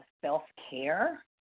self-care